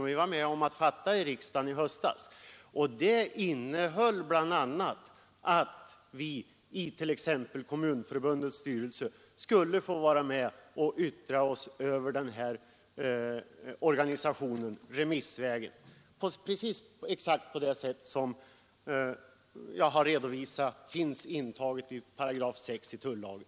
Vi var med om att fatta det beslutet, och det innehöll bl.a. att Kommunförbundets styrelse skulle få yttra sig över den här organisationen remissvägen. Det finns, precis som jag har redovisat, intaget i 6 § tullagen.